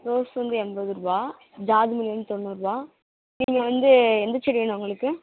rose வந்து எண்பது ரூபா ஜாதி மல்லி வந்து தொண்ணூர் ரூபா நீங்கள் வந்து எந்த செடி வேணும் உங்களுக்கு